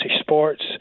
sports